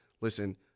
listen